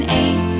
eight